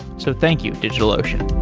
so thank you, digitalocean